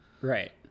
Right